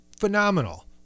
phenomenal